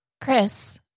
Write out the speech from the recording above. Chris